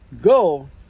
Go